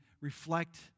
reflect